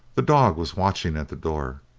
the dog was watching at the door,